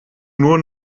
nur